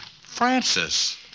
Francis